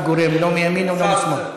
ללא התנגדות שום גורם, לא מימין ולא משמאל.